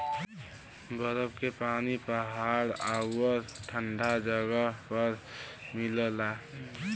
बरफ के पानी पहाड़ आउर ठंडा जगह पर मिलला